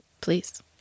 Please